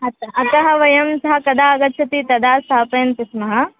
अत अतः वयं सः कदा आगच्छति तदा स्थापयन्ति स्मः